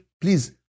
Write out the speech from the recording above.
please